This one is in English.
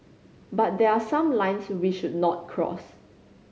but there are some lines we should not cross